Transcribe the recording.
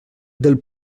del